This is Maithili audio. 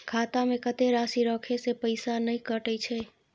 खाता में कत्ते राशि रखे से पैसा ने कटै छै?